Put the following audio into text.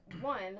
one